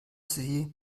sie